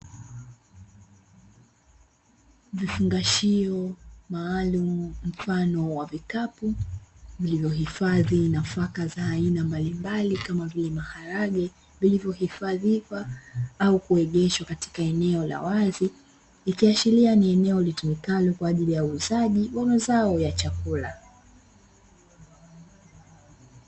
Vifungashio maalumu mfano wa vikapu vilivyohifadhi nafaka za aina mbalimbali kama vile maharage, vilivyohifadhiwa au kuegeshwa katika eneo la wazi, ikiashiria ni eneo litumikalo kwa ajili ya uuzaji wa mazao ya chakula.